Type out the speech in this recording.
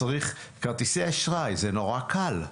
כרטיסי אשראי, זה נורא קל,